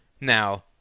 Now